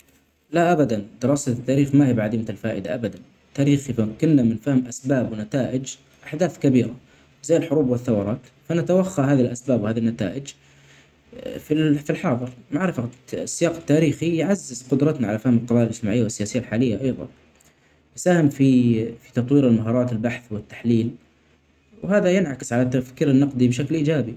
لا أبدا دارسة التاريخ ماهي بعديمة الفائدة أبدا التاريخ يذكرنا من فهم أسباب ونتائج أحداث كبيرة زي الحروب والثورات فنتوخى هذه الأسباب وهذه النتائج في ال- في الحرب معرفة السياق التاريخي يعزز قدرتنا على فهم القضايا الاجتماعيه والسياسيه الحاليه أيضا يساهم في في تطوير مهارات البحث والتحليل وهذا ينعكس علي التفكير النقدي بشكل ايجابي.